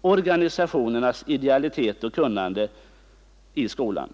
organisationernas idealitet och kunnande i det fallet.